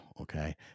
okay